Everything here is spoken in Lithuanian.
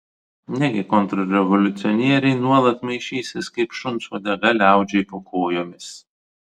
negi kontrrevoliucionieriai nuolat maišysis kaip šuns uodega liaudžiai po kojomis